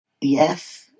Yes